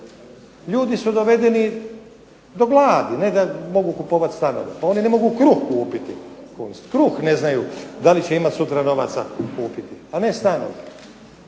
ljudi su dovedeni do gladi, ne da mogu kupovati stanove. Pa oni ne mogu kruh kupiti, kruh ne znaju da li će imat sutra novaca kupiti a ne stanove.